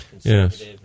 Yes